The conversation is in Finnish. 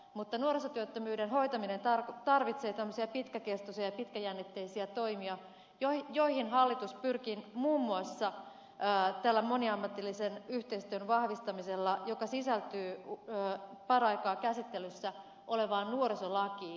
mutta nuorisotyöttömyyden hoitaminen tarvitsee tämmöisiä pitkäkestoisia ja pitkäjännitteisiä toimia joihin hallitus pyrkii muun muassa tällä moniammatillisen yhteistyön vahvistamisella joka sisältyy paraikaa käsittelyssä olevaan nuorisolakiin